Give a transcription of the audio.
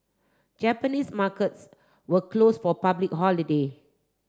Japanese markets were close for public holiday